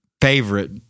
favorite